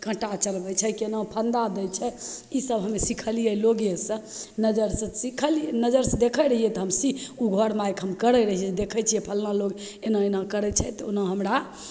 काँटा चलबै छै केना फन्दा दै छै ईसब हमे सिखलिए लोकेसे नजरिसे सिखलिए नजरिसे देखै रहिए तऽ हम सीखि घरमे आइके हम करै रहिए देखै छिए फल्लाँ लोक एना एना करै छै तऽ ओना हमरा